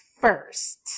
first